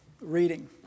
reading